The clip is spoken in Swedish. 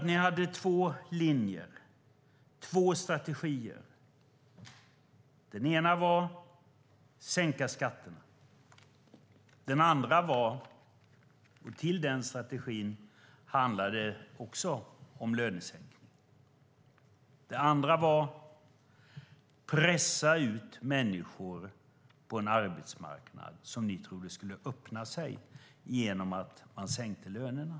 Ni hade två linjer, två strategier. Den ena var att sänka skatterna, och i den strategin handlade det också om lönesänkningar. Det andra var att pressa ut människor på en arbetsmarknad som ni trodde skulle öppna sig genom att man sänkte lönerna.